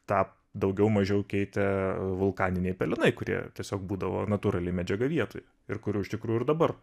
tą daugiau mažiau keitė vulkaniniai pelenai kurie tiesiog būdavo natūrali medžiaga vietoj ir kurių iš tikrųjų dabar